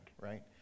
right